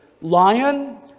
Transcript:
lion